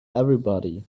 everybody